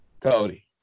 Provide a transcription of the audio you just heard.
Cody